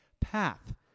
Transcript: path